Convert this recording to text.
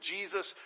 Jesus